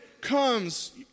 comes